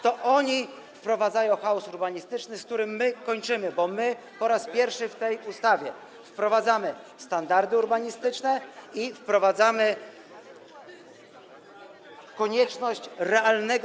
To oni wprowadzają chaos urbanistyczny, z którym my kończymy, bo my po raz pierwszy w tej ustawie wprowadzamy standardy urbanistyczne i wprowadzamy konieczność realnego.